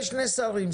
אני אתן לשני שרים.